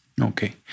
Okay